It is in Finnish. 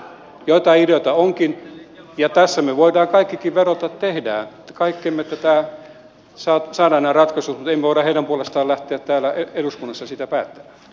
joitain ideoita onkin ja tässä me voimme kaikkikin vedota että tehdään kaikkemme että saadaan nämä ratkaisut mutta emme me voi heidän puolestaan lähteä täällä eduskunnassa sitä pää